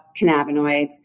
cannabinoids